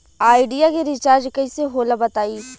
Idea के recharge कइसे होला बताई?